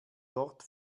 dort